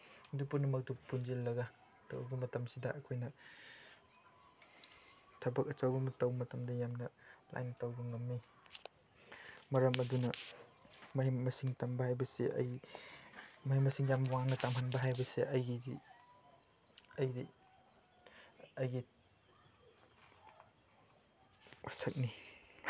ꯑꯗꯨ ꯄꯨꯝꯅꯃꯛꯇꯨ ꯄꯨꯟꯁꯤꯜꯂꯒ ꯇꯧꯕ ꯃꯇꯝꯁꯤꯗ ꯑꯩꯈꯣꯏꯅ ꯊꯕꯛ ꯑꯆꯧꯕ ꯑꯃ ꯇꯧꯕ ꯃꯇꯝꯗ ꯌꯥꯝꯅ ꯂꯥꯏꯅ ꯇꯧꯕ ꯉꯝꯃꯤ ꯃꯔꯝ ꯑꯗꯨꯅ ꯃꯍꯩ ꯃꯁꯤꯡ ꯇꯝꯕ ꯍꯥꯏꯕꯁꯤ ꯑꯩ ꯃꯍꯩ ꯃꯁꯤꯡ ꯌꯥꯝ ꯋꯥꯡꯅ ꯇꯝꯍꯟꯕ ꯍꯥꯏꯕꯁꯦ ꯑꯩꯒꯤꯗꯤ ꯑꯩꯗꯤ ꯑꯩꯒꯤ ꯋꯥꯁꯛꯅꯤ